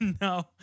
No